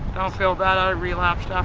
um feel bad, i relapsed um